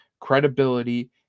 credibility